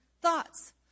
thoughts